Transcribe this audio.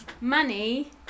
money